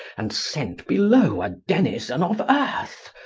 and sent below a denizen of earth,